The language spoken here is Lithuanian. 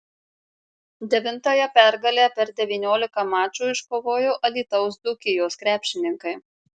devintąją pergalę per devyniolika mačų iškovojo alytaus dzūkijos krepšininkai